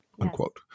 Unquote